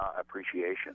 appreciation